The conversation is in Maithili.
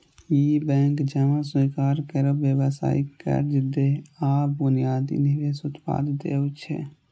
ई बैंक जमा स्वीकार करै, व्यावसायिक कर्ज दै आ बुनियादी निवेश उत्पाद दै छै